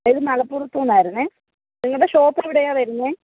ഇത് മലപ്പുറത്ത് നിന്ന് ആയിരുന്നു നിങ്ങളുടെ ഷോപ്പ് എവിടെയാണ് വരുന്നത്